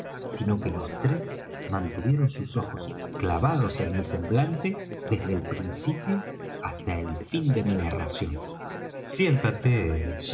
sino que todos tres mantuvieron sus ojos clavados en mi semblante desde el principio hasta el fin de mi narración siéntate